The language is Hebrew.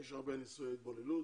יש הרבה נישואי תערובת,